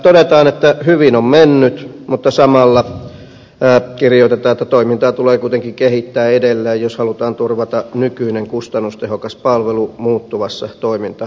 todetaan että hyvin on mennyt mutta samalla kirjoitetaan että toimintaa tulee kuitenkin kehittää edelleen jos halutaan turvata nykyinen kustannustehokas palvelu muuttuvassa toimintaympäristössä